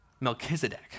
Melchizedek